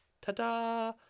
ta-da